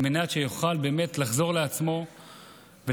על מנת שתוכל באמת לחזור לעצמה ולתפקד.